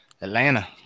Atlanta